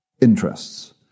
interests